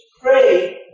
pray